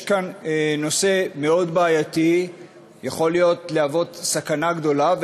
כאן נושא מאוד בעייתי שיכול להוות סכנה גדולה,